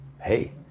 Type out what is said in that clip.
Hey